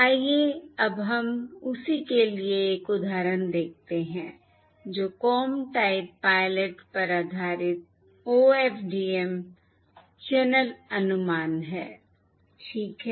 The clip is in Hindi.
आइए अब हम उसी के लिए एक उदाहरण देखते हैं जो कॉम टाइप पायलट पर आधारित OFDM चैनल अनुमान है ठीक है